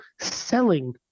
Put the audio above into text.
selling